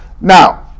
Now